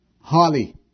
holly